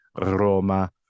roma